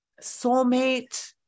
soulmate